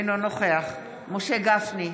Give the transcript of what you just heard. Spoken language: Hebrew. אינו נוכח משה גפני,